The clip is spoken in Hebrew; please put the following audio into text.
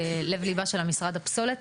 לב ליבה של המשרד - הפסולת,